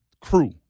crew